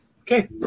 Okay